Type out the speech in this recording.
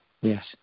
yes